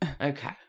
Okay